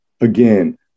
Again